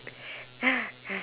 ya ya